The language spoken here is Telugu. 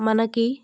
మనకు